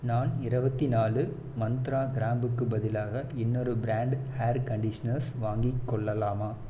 நான் இருவத்தினாலு மந்த்ரா கிராம்புக்கு பதிலாக இன்னொரு பிராண்ட் ஹேர் கண்டிஷனர்ஸ் வாங்கிக் கொள்ளலாமா